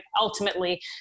ultimately